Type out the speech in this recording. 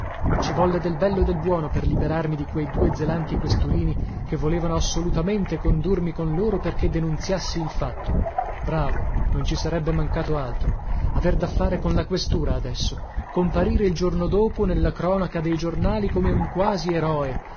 ci volle del bello e del buono per liberarmi di quei due zelanti questurini che volevano assolutamente condurmi con loro perché denunziassi il fatto bravo non ci sarebbe mancato altro aver da fare con la questura adesso comparire il giorno dopo nella cronaca dei giornali come un quasi eroe